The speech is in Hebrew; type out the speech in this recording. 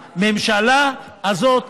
הממשלה הזאת,